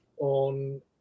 on